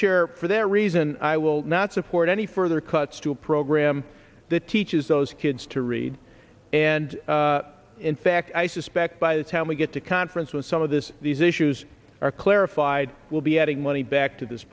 chair for that reason i will not support any further cuts to a program that teaches those kids to read and in fact i suspect by the time we get to conference with some of this these issues are clarified we'll be adding money back to this